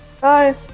Bye